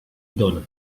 dóna